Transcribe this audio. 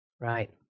Right